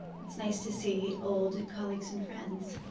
it's nice to see old colleagues and friends.